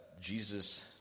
Jesus